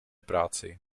práci